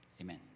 Amen